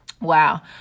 Wow